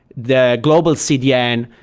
the global cdn.